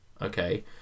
okay